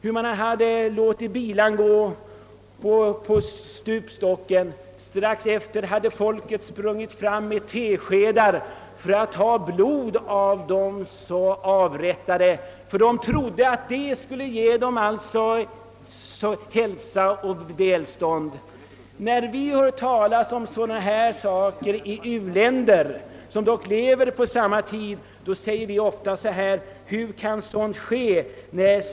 Där hade man låtit bilan gå över stupstocken. Strax efter hade folket sprungit fram med teskedar för att ta blod från de avrättade, eftersom de trodde att detta blod skulle ge dem hälsa och välstånd. När vi hör talas om liknande saker i u-länder, vilka dock för närvarande lever i en för oss förgången tid, säger vi ofta: »Hur kan sådant ske?